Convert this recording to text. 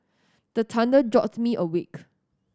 the thunder jolt me awake